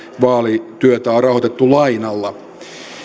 vaalityötä on rahoitettu lainalla